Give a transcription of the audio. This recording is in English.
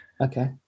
Okay